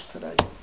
today